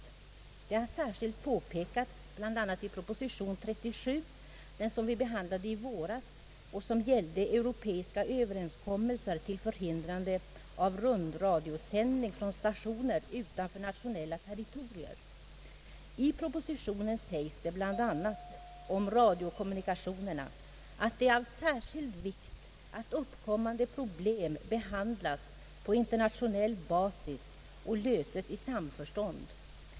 Detta har särskilt påpekats, bl.a. i proposition 37, som vi behandlade i våras och som gäller europeiska överenskommelser till förhindrande av rundradiosändning från stationer utanför nationella territorier. I propositionen sägs det bl.a. om radiokommunikationerna att det är av särskild vikt att uppkommande pro blem behandlas på internationell basis och löses i samförstånd.